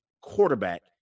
quarterback